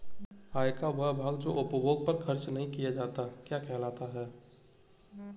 आय का वह भाग जो उपभोग पर खर्च नही किया जाता क्या कहलाता है?